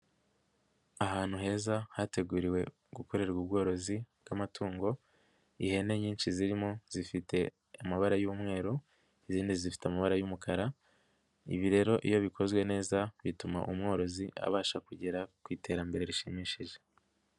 Ahantu heza hateguriwe gukorerwa ubworozi bw'amatungo. Ihene nyinshi zirimo zifite amabara y'umweru, izindi zifite amabara y'umukara, ibi rero iyo bikozwe neza bituma umworozi abasha kugera ku iterambere rishimishije.